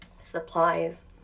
supplies